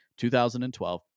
2012